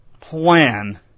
plan